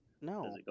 No